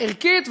הערכית,